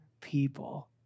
people